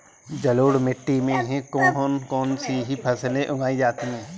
जलोढ़ मिट्टी में कौन कौन सी फसलें उगाई जाती हैं?